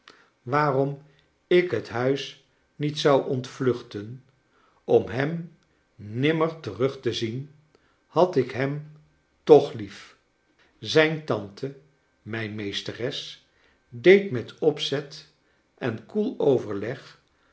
waarom ik het huis niet zou ontvluchten om hem nimmer terug te zien had ik hem toch lief zijn tante mijn meesteres deed met opzet en koel overleg